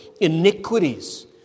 iniquities